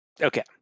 Okay